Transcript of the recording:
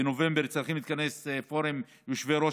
בנובמבר צריך להתכנס פורום יושבי-ראש